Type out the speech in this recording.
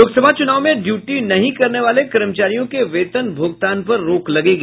लोकसभा चुनाव में ड्यूटी नहीं करने वाले कर्मचारियों के वेतन भुगतान पर रोक लगेगी